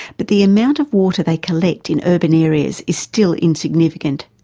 but the amount of water they collect in urban areas, is still insignificant.